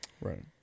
right